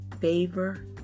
favor